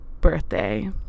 birthday